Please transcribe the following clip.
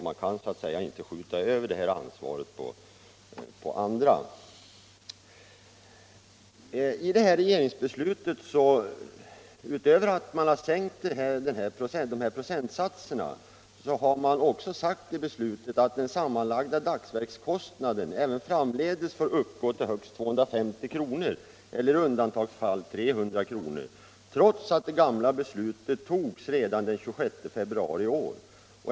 Man kan inte skjuta över detta ansvar på andra. I regeringsbeslutet att sänka procentsatserna för de här bidragen har man också sagt att den sammanlagda dagsverkskostnaden även framdeles får uppgå till högst 250 kr. eller i undantagsfall 300 kr. — trots att det gamla beslutet togs redan den 26 februari i år.